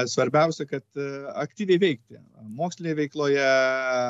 svarbiausia kad aktyviai veikti mokslinėje veikloje